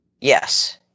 Yes